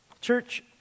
Church